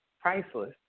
priceless